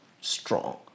strong